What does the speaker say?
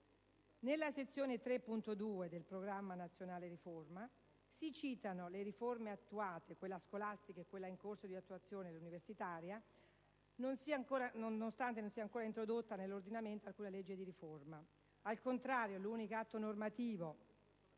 Nella sezione 3.2 del Programma nazionale di riforma si citano «le riforme attuate - quella scolastica - e quelle in corso di attuazione - quella universitaria», nonostante non sia stata ancora introdotta nell'ordinamento alcuna legge di riforma